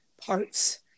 parts